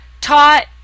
taught